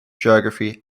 geography